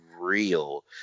real